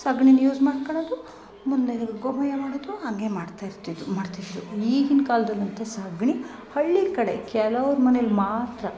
ಸಗ್ಣೀನ use ಮಾಡ್ಕೋಣದು ಮುಂದೆ ಗೋಮಯ ಮಾಡೋದು ಹಂಗೇ ಮಾಡ್ತಾಯಿರ್ತಿದ್ರು ಮಾಡ್ತಿದ್ರು ಈಗಿನ ಕಾಲದಲಂತೂ ಸಗಣಿ ಹಳ್ಳಿ ಕಡೆ ಕೆಲವ್ರು ಮನೇಲಿ ಮಾತ್ರ